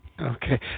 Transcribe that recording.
Okay